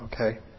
Okay